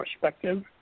Perspective